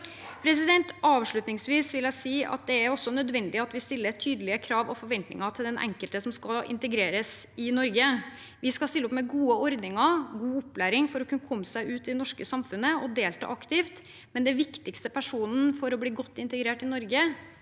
kontroll. Avslutningsvis vil jeg si at det også er nødvendig at vi stiller tydelige krav og forventninger til den enkelte som skal integreres i Norge. Vi skal stille opp med gode ordninger og god opplæring for å kunne komme seg ut i det norske samfunnet og delta aktivt, men den viktigste personen for å bli godt integrert i Norge,